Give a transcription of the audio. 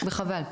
וחבל.